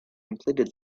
completed